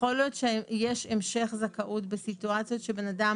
יכול להיות שיש המשך זכאות בסיטואציות שבהן בן אדם